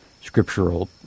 scriptural